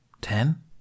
Ten